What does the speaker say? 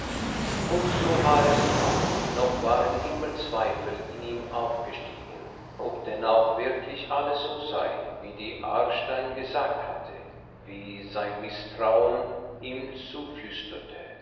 und so war es ihm auch noch waren immer zweifel in ihm aufgestiegen ob denn auch wirklich alles so sei wie die aarstein gesagt hatte wie sein mißtrauen ihm zuflüsterte